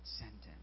sentence